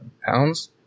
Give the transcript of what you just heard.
pounds